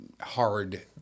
Hard